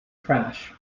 trash